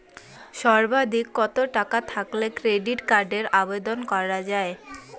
সর্বাধিক কত টাকা থাকলে ক্রেডিট কার্ডের আবেদন করা য়ায়?